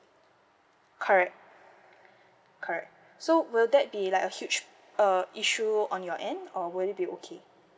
correct correct so will that be like a huge uh issue on your end or would it be okay